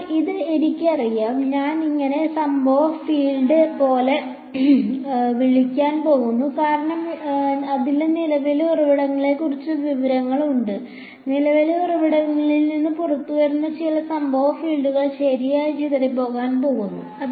അതിനാൽ ഇത് എനിക്കറിയാം ഞാൻ ഇതിനെ സംഭവ ഫീൽഡ് പോലെ വിളിക്കാൻ പോകുന്നു കാരണം അതിൽ നിലവിലെ ഉറവിടത്തെക്കുറിച്ചുള്ള വിവരങ്ങൾ ഉണ്ട് നിലവിലെ ഉറവിടത്തിൽ നിന്ന് പുറത്തുവരുന്ന ചില സംഭവ ഫീൽഡുകൾ ശരിയായി ചിതറിപ്പോകാൻ പോകുന്നു